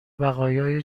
بقایای